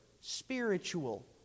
spiritual